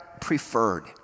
preferred